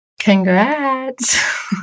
Congrats